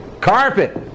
carpet